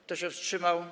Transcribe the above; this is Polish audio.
Kto się wstrzymał?